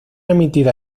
emitida